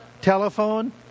telephone